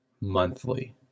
monthly